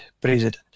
president